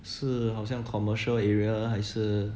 是好像 commercial area 还是